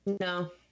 No